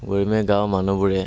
গৰৈমাৰী গাঁৱৰ মানুহবোৰে